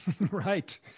Right